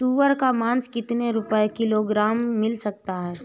सुअर का मांस कितनी रुपय किलोग्राम मिल सकता है?